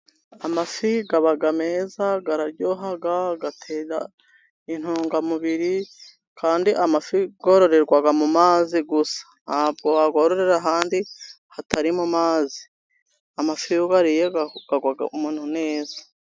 Amafi aba meza, araryoha, agatera intungamubiri, kandi amafi yororerwa mu mazi, gusa ntabwo wayororera ahandi hatarimo, amazi, amafi iyo uyariye, agwa umuntu neza.